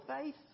faith